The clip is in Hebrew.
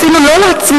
הצילו לא לעצמם,